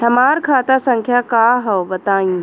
हमार खाता संख्या का हव बताई?